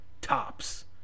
tops